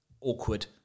awkward